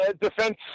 Defense